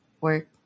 work